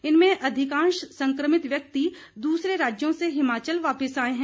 इनमें अधिकांश संक्रमित व्यक्ति दूसरे राज्यों से हिमाचल वापिस आए हैं